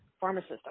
pharmacist